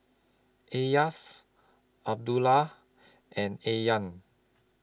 Elyas Abdullah and Aryan